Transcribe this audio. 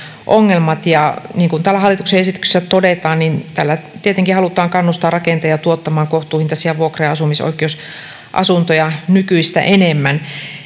ongelmat ja niin kuin täällä hallituksen esityksessä todetaan tällä tietenkin halutaan kannustaa rakentajia tuottamaan kohtuuhintaisia vuokra ja asumisoikeusasuntoja nykyistä enemmän